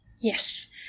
Yes